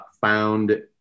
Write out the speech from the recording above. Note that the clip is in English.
found